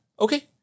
okay